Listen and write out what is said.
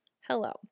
Hello